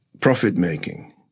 profit-making